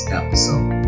episode